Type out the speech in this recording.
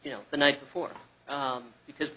you know the night before because